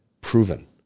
proven